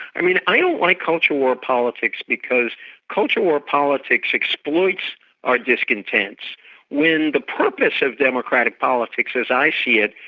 i mean, i don't like culture war politics because culture war politics exploits our discontents when the purpose of democratic politics as i see it,